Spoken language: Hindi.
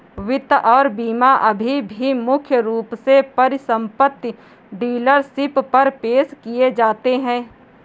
वित्त और बीमा अभी भी मुख्य रूप से परिसंपत्ति डीलरशिप पर पेश किए जाते हैं